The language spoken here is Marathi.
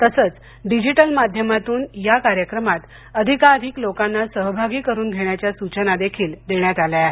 तसंच डिजीटल माध्यमातून या कार्यक्रमात अधिकाधिकलोकांना सहभागी करून घेण्याच्या सूचना देखील देण्यात आल्या आहेत